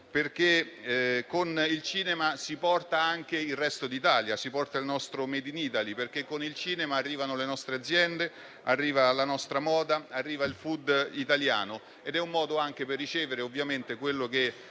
perché con il cinema si porta anche il resto d'Italia e si porta il nostro *made in Italy*; con il cinema arrivano le nostre aziende, la nostra moda e il *food* italiano; è un modo anche per ricevere ovviamente quello che